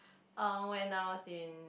uh when I was in